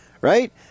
right